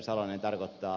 salolainen tarkoittaa